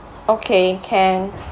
okay can